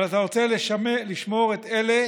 אבל אתה רוצה לשמור את אלה